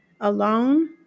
alone